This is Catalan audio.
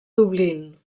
dublín